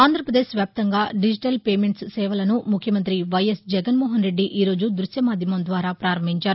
ఆంధ్రప్రదేశ్ వ్యాప్తంగా digital payments సేవలను ముఖ్యమంతి వైఎస్ జగన్మోహన్రెడ్డి ఈరోజు దృశ్యమాధ్యమం ద్వారా పారంభించారు